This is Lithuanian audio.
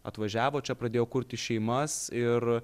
atvažiavo čia pradėjo kurti šeimas ir